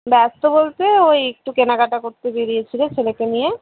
ব্যস্ত বলতে ওই একটু কেনাকাটা করতে বেরিয়েছি রে ছেলেকে নিয়ে